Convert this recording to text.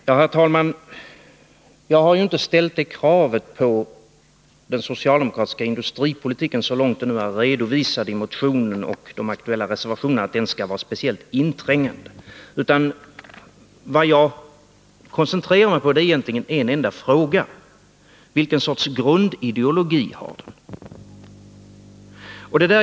Herr talman! Jag har inte ställt kravet på den socialdemokratiska industripolitiken, så långt den är redovisad i motionen och de aktuella reservationerna, att den skall vara speciellt inträngande. Det jag koncentrerar mig på är egentligen en enda fråga. Vilken sorts grundideologi har den?